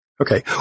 Okay